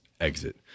exit